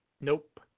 nope